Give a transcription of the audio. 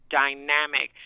dynamic